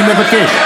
אני מבקש.